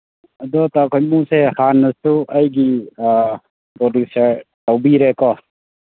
ꯑꯗꯣ ꯇꯥ ꯈꯣꯏꯃꯨꯁꯦ ꯍꯥꯟꯅꯁꯨ ꯑꯩꯒꯤ ꯄ꯭ꯔꯗ꯭ꯌꯨꯁꯔ ꯇꯧꯕꯤꯔꯦꯀꯣ